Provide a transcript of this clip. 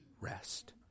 rest